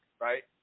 right